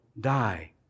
die